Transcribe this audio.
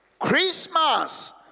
Christmas